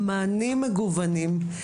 מענים מגוונים,